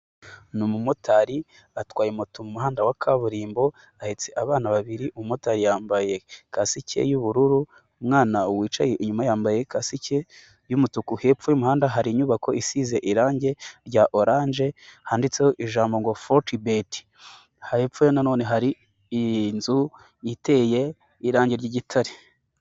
Ni umumotari atwaye moto umuhanda wa kaburimbo, ahetse abana babiri, umumotari yambaye kasike y'ubururu, umwana wicaye inyuma yambaye ikasike y'umutuku, hepfo y'umuhanda hari inyubako isize irangi rya oranje handitseho ijambo ngo Fotibeti hepfo nanone hari inzu iteye irangi ry'igitare.